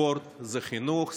ספורט זה חינוך,